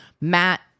matt